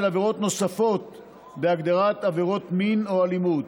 עבירות נוספות בהגדרת "עבירת מין או אלימות":